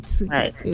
Right